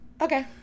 Okay